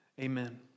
Amen